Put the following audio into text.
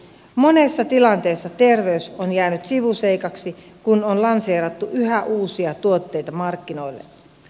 monessa tilanteessa terveys on jäänyt sivuseikaksi kun on lanseerattu yhä uusia tuotteita markkinoille